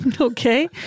Okay